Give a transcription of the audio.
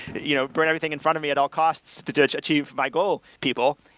you know but everything in front of me at all costs to to achieve my goal people.